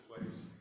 place